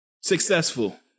Successful